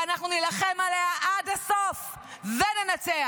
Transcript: ואנחנו נילחם עליה עד הסוף וננצח.